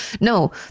No